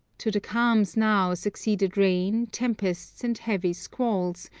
to the calms now succeeded rain, tempests, and heavy squalls,